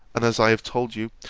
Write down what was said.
and as i have told you,